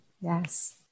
Yes